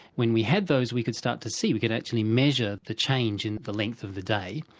when we had those we could start to see, we could actually measure the change in the length of the day.